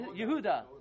Yehuda